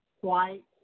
white